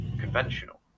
conventional